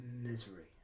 misery